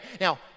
now